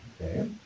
Okay